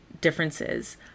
differences